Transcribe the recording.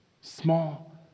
Small